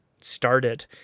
started